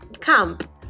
camp